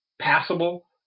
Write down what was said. passable